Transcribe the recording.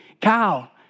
cow